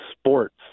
sports